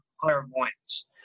clairvoyance